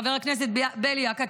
חבר הכנסת בליאק,